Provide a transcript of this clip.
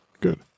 good